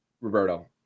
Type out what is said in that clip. Roberto